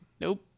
Nope